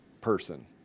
person